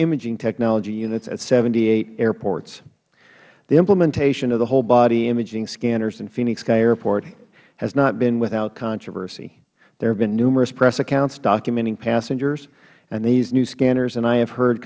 imaging technology units at seventy eight airports the implementation of the whole body imaging scanners in phoenix sky airport has not been without controversy there have been numerous press accounts documenting passengers and these new scanners and i have heard